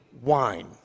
wine